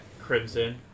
Crimson